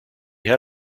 had